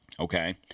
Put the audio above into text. okay